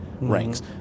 ranks